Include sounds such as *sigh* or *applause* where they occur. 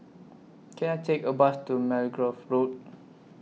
Can I Take A Bus to Margoliouth Road *noise*